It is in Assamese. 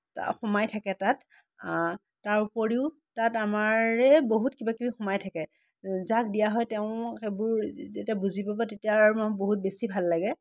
তা সোমাই থাকে তাত তাৰ উপৰিও তাত আমাৰেই বহুত কিবা কিবি সোমাই থাকে যাক দিয়া হয় তেওঁ সেইবোৰ যেতিয়া বুজি পাব তেতিয়া আৰু বহুত বেছি ভাল লাগে